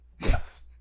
Yes